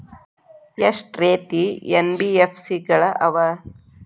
ಎಷ್ಟ ರೇತಿ ಎನ್.ಬಿ.ಎಫ್.ಸಿ ಗಳ ಅವ?